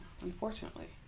unfortunately